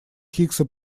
хиггса